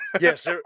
Yes